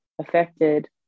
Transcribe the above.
affected